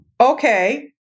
okay